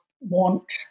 want